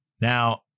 Now